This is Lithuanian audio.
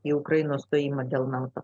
į ukrainos stojimą dėl nato